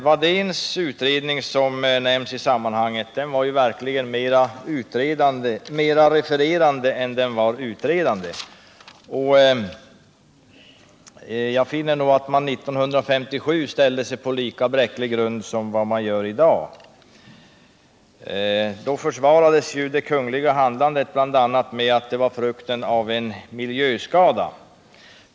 Wadéns utredning, som nämns i sammanhanget, var verkligen mera refererande än utredande. Jag finner nog att man 1957 ställde sig på lika bräcklig grund som i dag. Då försvarades ju det kungliga handlandet bl.a. med att det var frukten av en miljöskada.